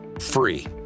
free